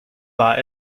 war